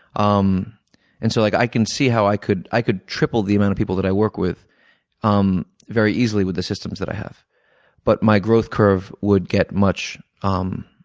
um and so like i can see how i could i could triple the amount of people that i work with um very easily with the systems that i have but my growth curve would get much um